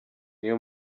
iyo